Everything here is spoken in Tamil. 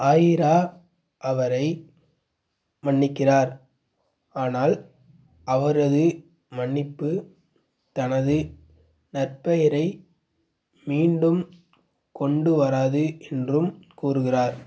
ஆயிரா அவரை மன்னிக்கிறார் ஆனால் அவரது மன்னிப்பு தனது நற்பெயரை மீண்டும் கொண்டு வராது என்றும் கூறுகிறார்